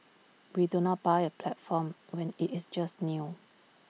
we do not buy A platform when IT is just new